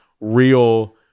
real